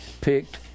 picked